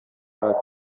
nta